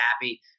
happy